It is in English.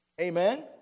Amen